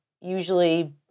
usually